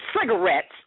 cigarettes